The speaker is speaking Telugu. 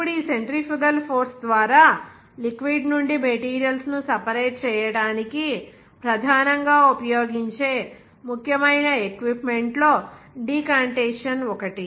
ఇప్పుడు ఈ సెంట్రిఫ్యూగల్ ఫోర్స్ ద్వారా లిక్విడ్ నుండి మెటీరియల్స్ ను సెపరేట్ చేయడానికి ప్రధానంగా ఉపయోగించే ముఖ్యమైన ఎక్విప్మెంట్ లో డికాంటేషన్ ఒకటి